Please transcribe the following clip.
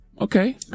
Okay